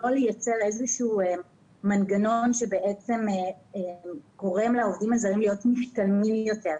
לייצר איזשהו מנגנון שבעצם גורם לעובדים הזרים להיות משתלמים יותר.